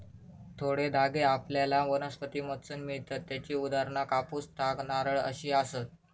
थोडे धागे आपल्याला वनस्पतींमधसून मिळतत त्येची उदाहरणा कापूस, ताग, नारळ अशी आसत